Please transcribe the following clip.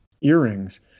earrings